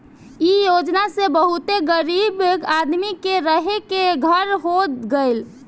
इ योजना से बहुते गरीब आदमी के रहे के घर हो गइल